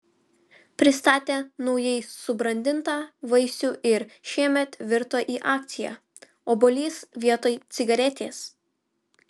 pristatė naujai subrandintą vaisių ir šiemet virto į akciją obuolys vietoj cigaretės